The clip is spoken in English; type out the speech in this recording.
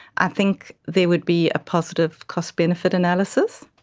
i think there would be a positive cost benefit analysis.